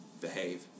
behave